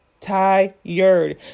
tired